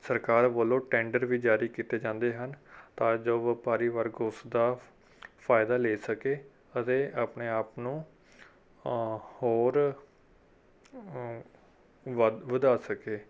ਸਰਕਾਰ ਵੱਲੋਂ ਟੈਂਡਰ ਵੀ ਜਾਰੀ ਕੀਤੇ ਜਾਂਦੇ ਹਨ ਤਾਂ ਜੋ ਵਪਾਰੀ ਵਰਗ ਉਸਦਾ ਫਾਇਦਾ ਲੈ ਸਕੇ ਅਤੇ ਆਪਣੇ ਆਪ ਨੂੰ ਹੋਰ ਵੱਧ ਵਧਾ ਸਕੇ